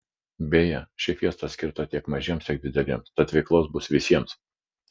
beje ši fiesta skirta tiek mažiems tiek dideliems tad veiklos bus visiems